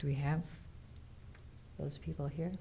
do we have those people here